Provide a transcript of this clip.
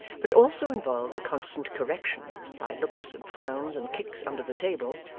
but also involved the constant correction by looks, and frowns, and kicks under the table,